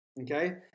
Okay